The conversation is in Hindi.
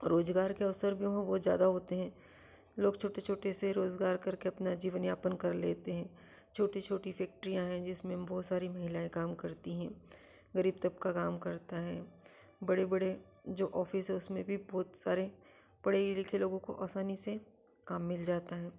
रोज़गार के अवसर भी वहाँ बहुत ज़्यादा होते हैं लोग छोटे छोटे से रोज़गार करके अपना जीवन यापन कर लेते हैं छोटी छोटी फैक्ट्रियाँ हैं जिसमें बहुत सारी महिलाएँ काम करती हैं गरीब तबका काम करता हैं बड़े बड़े जो ऑफिस हैं उसमें भी बहुत सारे पढ़े लिखे लोगों को असानी से काम मिल जाता है